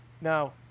Now